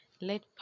let